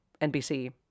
NBC